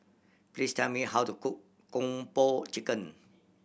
please tell me how to cook Kung Po Chicken